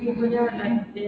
mm mm